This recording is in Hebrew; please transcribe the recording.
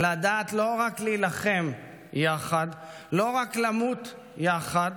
לדעת לא רק להילחם יחד, לא רק למות יחד,